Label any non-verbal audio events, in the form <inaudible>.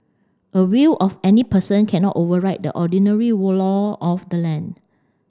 a will of any person cannot override the ordinary <unintelligible> law of the land